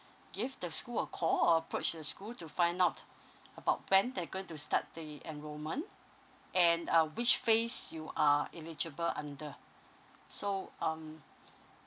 give the school a call or approach the school to find out about when they're going to start the enrolment and uh which phase you are eligible under so um